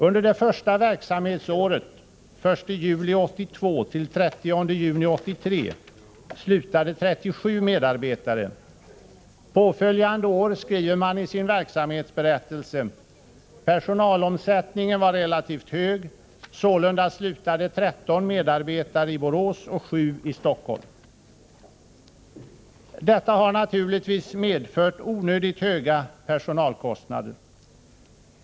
Under det första verksamhetsåret, den 1 juli 1982-den 30 juni 1983, slutade 37 medarbetare. Påföljande år skriver SIFU i sin verksamhetsberättelse: Personalomsättningen var relativt hög. Sålunda slutade 13 medarbetare i Borås och 7 i Stockholm. Detta har naturligtvis medfört onödigt höga personalkostnader.